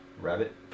Rabbit